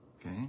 Okay